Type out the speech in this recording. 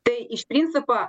tai iš principa